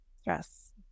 Stress